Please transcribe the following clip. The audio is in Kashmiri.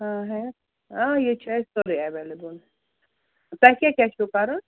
آ ہے آ ییٚتہِ چھُ اَسہِ سورُے ایٚویلیبُل تۄہہِ کیٛاہ کیٛاہ چھُو کَرُن